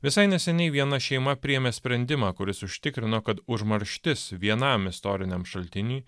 visai neseniai viena šeima priėmė sprendimą kuris užtikrino kad užmarštis vienam istoriniam šaltiniui